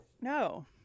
no